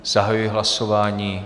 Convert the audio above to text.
Zahajuji hlasování.